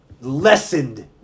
lessened